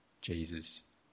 Jesus